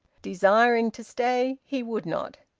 desiring to stay, he would not.